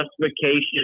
justification